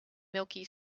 milky